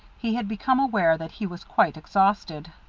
he had become aware that he was quite exhausted.